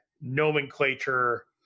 nomenclature